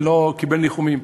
ולא קיבל ניחומים.